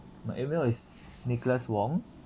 my email is nicholas wong